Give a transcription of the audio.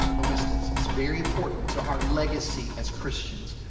don't miss this. it's very important to our legacy as christians.